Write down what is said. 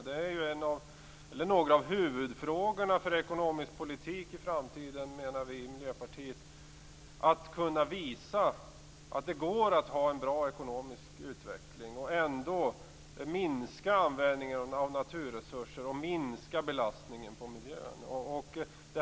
Det är en av huvudfrågorna för ekonomisk politik i framtiden, menar vi i Miljöpartiet, att visa att det går att ha en bra ekonomisk utveckling och ändå minska användningen av naturresurser och belastningen på miljön.